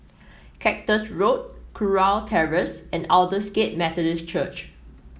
Cactus Road Kurau Terrace and Aldersgate Methodist Church